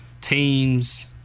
teams